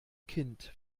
kind